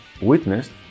witnessed